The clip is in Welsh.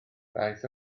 daeth